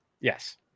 yes